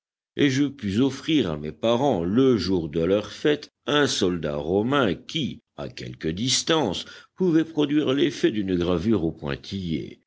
et je pus offrir à mes parents le jour de leur fête un soldat romain qui à quelque distance pouvait produire l'effet d'une gravure au pointillé